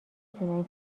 دونن